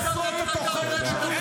חסרות התוחלת שלכם.